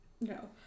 no